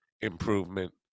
improvement